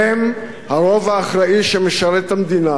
הם הרוב האחראי שמשרת את המדינה,